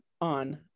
on